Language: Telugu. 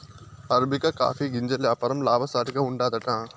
అరబికా కాఫీ గింజల యాపారం లాభసాటిగా ఉండాదట